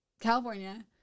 California